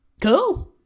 Cool